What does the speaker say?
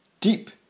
Deep